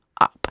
up